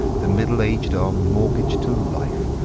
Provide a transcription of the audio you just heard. the middle-aged are mortgaged to life.